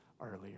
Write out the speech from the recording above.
earlier